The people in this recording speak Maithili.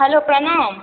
हैलो प्रणाम